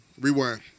Rewind